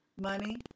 money